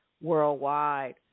worldwide